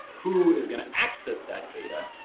who is gonna access that data?